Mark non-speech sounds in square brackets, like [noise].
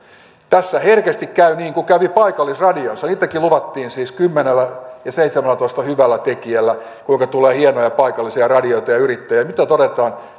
tässä herkästi käy niin kuin kävi paikallisradioissa niitäkin luvattiin kymmenellä ja seitsemällätoista hyvällä tekijällä kuinka tulee hienoja paikallisia radioita ja yrittäjiä nyt todetaan [unintelligible]